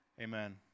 Amen